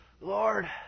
Lord